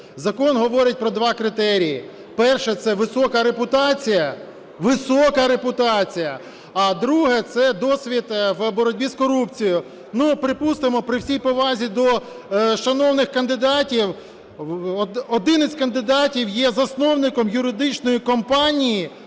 Закон говорить про два критерії. Перше – це висока репутація (Висока репутація!), а друге – це досвід у боротьбі з корупцією. Ну, припустимо, при всій повазі до шановних кандидатів, один із кандидатів є засновником юридичної компанії "Лекс